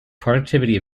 productivity